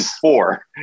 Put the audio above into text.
four